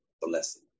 blessing